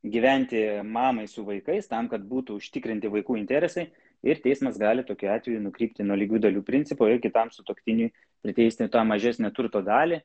gyventi mamai su vaikais tam kad būtų užtikrinti vaikų interesai ir teismas gali tokiu atveju nukrypti nuo lygių dalių principo ir kitam sutuoktiniui priteisti tą mažesnę turto dalį